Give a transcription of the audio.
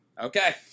Okay